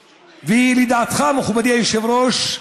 לידיעתך, מכובדי היושב-ראש,